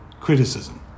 criticism